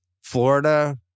Florida